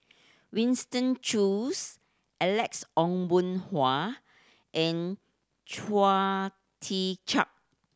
Winston Choos Alex Ong Boon Hau and Tee Chiak